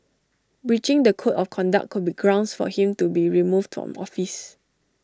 breaching the code of conduct could be grounds for him to be removed from office